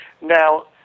Now